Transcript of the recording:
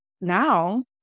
Now